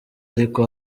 ariko